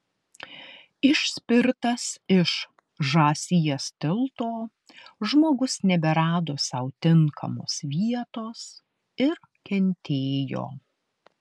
išspirtas iš žąsies tilto žmogus neberado sau tinkamos vietos ir kentėjo